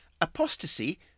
apostasy